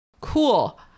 Cool